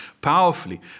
powerfully